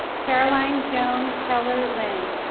carolyn joan keller lynn.